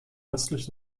westlich